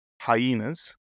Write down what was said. hyenas